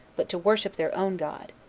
but to worship their own god.